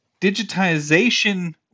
digitization